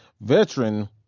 veteran